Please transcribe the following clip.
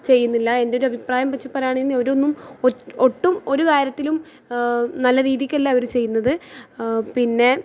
ചെയ്യുന്നില്ല എന്തോരഭിപ്രായം വച്ച് പറയാണെങ്കിൽ ഓരോന്നും ഒട്ടും ഒരു കാര്യത്തിലും നല്ല രീതിക്കല്ല അവർ ചെയ്യുന്നത് പിന്നെ